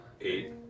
eight